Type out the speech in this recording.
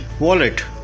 wallet